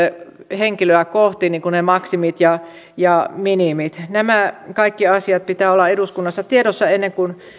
henkilöä kohti ne maksimit ja ja minimit näiden kaikkien asioiden pitää olla eduskunnassa tiedossa ennen kuin